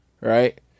Right